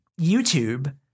YouTube